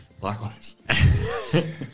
Likewise